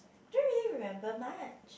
I don't really remember much